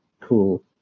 cool